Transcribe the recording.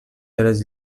seves